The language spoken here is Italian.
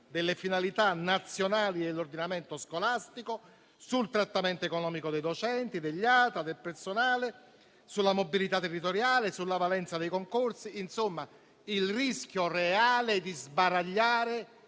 delle finalità nazionali dell'ordinamento scolastico), il trattamento economico dei docenti, degli ATA e del personale, la mobilità territoriale, la valenza dei concorsi. Insomma, il rischio reale è di sbaragliare